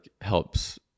helps